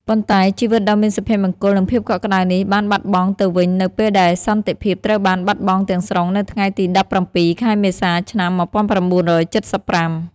ប៉ុន្តែជីវិតដ៏មានសុភមង្គល និងភាពកក់ក្ដៅនេះបានបាត់បង់ទៅវិញ នៅពេលដែលសន្តិភាពត្រូវបានបាត់បង់ទាំងស្រុងនៅថ្ងៃទី ១៧ ខែមេសា ឆ្នាំ ១៩៧៥។